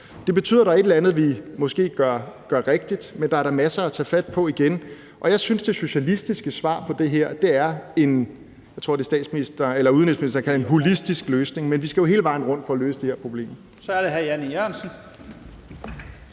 Det betyder, at der er et eller andet, vi måske gør rigtigt, men der er da masser at tage fat på igen. Jeg synes, det socialistiske svar på det her er det, som udenrigsministeren, tror jeg det var, kaldte en holistisk løsning. Vi skal jo hele vejen rundt for at løse de her problemer. Kl. 16:57 Første